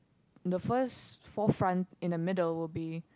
the first four front in the middle will be